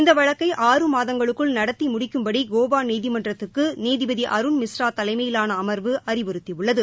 இந்த வழக்கை ஆறு மாதங்களுக்குள் நடத்தி முடிக்கும்படி கோவா நீதிமன்றத்துக்கு நீதிபதி அருண் மிஸ்ரா தலைமையிலான அமர்வு அறிவுறுத்தியுள்ளது